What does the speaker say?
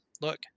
look